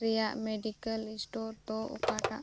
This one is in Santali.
ᱨᱮᱭᱟᱜ ᱢᱮᱰᱤᱠᱮᱞ ᱥᱴᱳᱨ ᱫᱚ ᱚᱠᱟᱴᱟᱜ